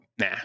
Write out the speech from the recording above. nah